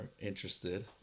interested